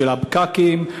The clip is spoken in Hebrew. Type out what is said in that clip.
ושל הפקקים,